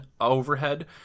overhead